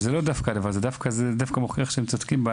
זה דווקא מוכיח שהם צודקים,